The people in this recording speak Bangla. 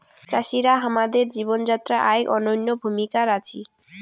চাষিরা হামাদের জীবন যাত্রায় আইক অনইন্য ভূমিকার আছি